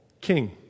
King